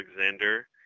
Alexander